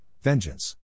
vengeance